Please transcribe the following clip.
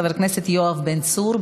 חבר הכנסת יואב בן צור,